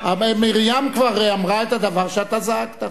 מרים כבר אמרה את הדבר שאתה זעקת עכשיו,